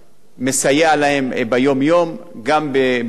גם בפתרון בעיות יומיומיות,